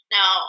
Now